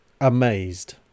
amazed